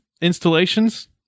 installations